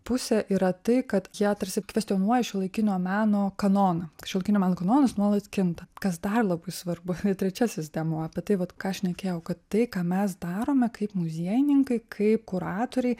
pusė yra tai kad jie tarsi kvestionuoja šiuolaikinio meno kanoną šiuolaikinio meno kanonas nuolat kinta kas dar labai svarbu trečiasis dėmuo apie tai vat ką šnekėjau kad tai ką mes darome kaip muziejininkai kaip kuratoriai